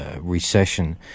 recession